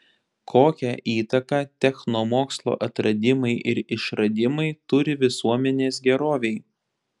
kokią įtaką technomokslo atradimai ir išradimai turi visuomenės gerovei